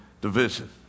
division